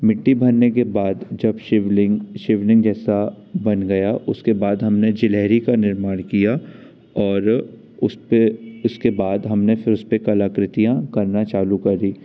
मिट्टी भरने के बाद जब शिवलिंग शिवलिंग जैसा बन गया उसके बाद हमने जिलेहरी का निर्माण किया और उसपे उसके बाद हमने फिर उसपे कलाकृतियाँ करना चालू करी